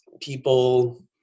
people